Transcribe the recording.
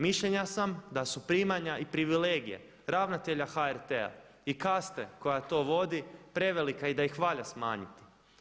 Mišljenja sam da su primanja i privilegije ravnatelja HRT-a i kaste koja to vodi prevelika i da ih valja smanjiti.